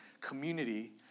community